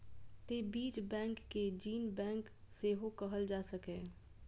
तें बीज बैंक कें जीन बैंक सेहो कहल जा सकैए